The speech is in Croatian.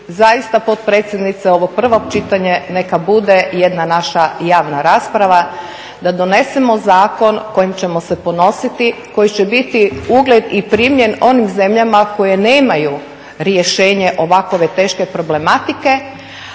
zaista potpredsjednice ovo prvo čitanje neka bude jedna naša javna rasprava, da donesemo zakon kojim ćemo se ponositi, koji će biti ugled i primjer onim zemljama koje nemaju rješenje ovakove teške problematike.